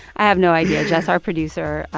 i have no idea. jess, our producer,